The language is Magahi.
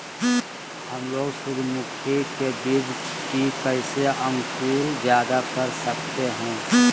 हमलोग सूरजमुखी के बिज की कैसे अंकुर जायदा कर सकते हैं?